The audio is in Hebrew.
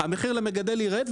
המחיר למגדל ירד,